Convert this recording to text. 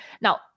Now